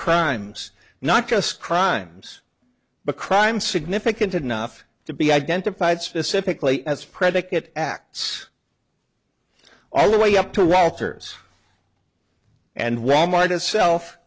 crimes not just crimes but crimes significant enough to be identified specifically as predicate acts all the way up to walters and wal mart as self